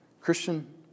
Christian